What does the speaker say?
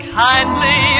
kindly